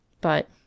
But